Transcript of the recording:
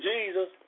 Jesus